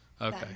Okay